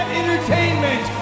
entertainment